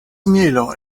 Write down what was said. mielo